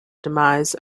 demise